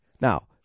Now